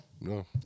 No